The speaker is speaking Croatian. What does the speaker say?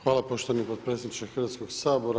Hvala poštovani potpredsjedniče Hrvatskoga sabora.